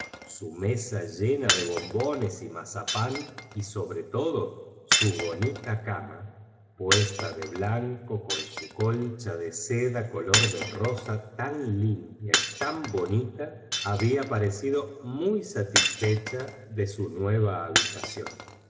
su mesa llena de y como no llay efecto sin causa este bombones y mazapán y sobre todo subo efecto se relacionaría sin duda con alguna nita cama puosta de blanco con su colcha causa misteriosa y desconocida que nos de seda color de rosa tan limpia y tan será explicada en el curso de esta bis bonita había parecido muy satisfecha de toria su nueva habitación